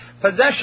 possession